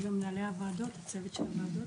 גם מנהלי הוועדות, אני חושבת שמנהלי הוועדות.